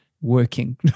working